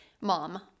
mom